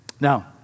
Now